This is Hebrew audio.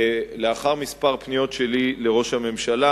לאחר כמה פניות שלי אל ראש הממשלה,